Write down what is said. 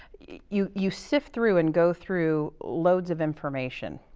you you sift through and go through loads of information.